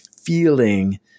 feeling